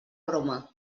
broma